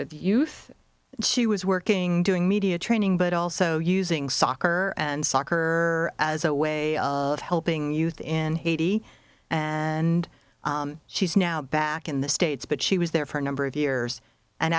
with youth and she was working doing media training but also using soccer and soccer as a way of helping youth in haiti and she's now back in the states but she was there for a number of years and